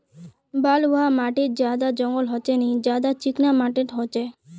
बलवाह माटित ज्यादा जंगल होचे ने ज्यादा चिकना माटित होचए?